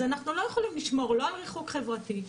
אז אנחנו לא יכולים לשמור לא על ריחוק חברתי,